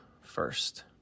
first